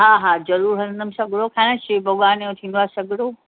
हा हा ज़रूरु हलंदमि सॻिड़ो ठाहियां शिव भॻवान जो थींदो आहे सॻिड़ो